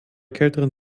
kälteren